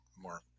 more